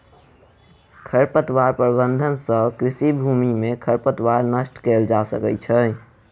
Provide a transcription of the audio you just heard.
खरपतवार प्रबंधन सँ कृषि भूमि में खरपतवार नष्ट कएल जा सकै छै